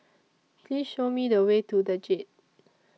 Please Show Me The Way to The Jade